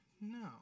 No